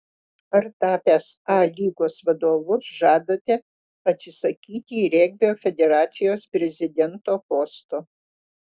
ar tapęs a lygos vadovu žadate atsisakyti regbio federacijos prezidento posto